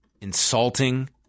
insulting